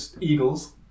Eagles